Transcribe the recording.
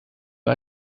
man